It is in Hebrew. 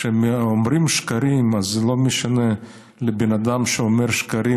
כשאומרים שקרים אז לא משנה לבן אדם שאומר שקרים,